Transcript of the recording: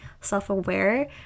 self-aware